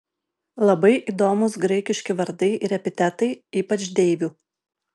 labai įdomūs graikiški vardai ir epitetai ypač deivių